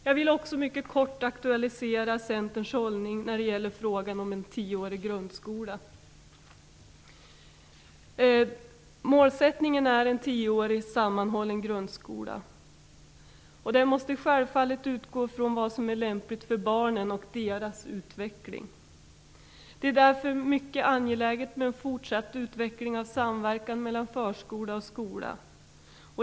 Jag vill också kort aktualisera Centerns hållning när det gäller frågan om en tioårig grundskola. Målsättningen är en tioårig sammanhållen grundskola. Den måste självfallet utgå från vad som är lämpligt för barnen och deras utveckling. Det är därför mycket angeläget med en fortsatt utveckling av samverkan mellan förskola och skola.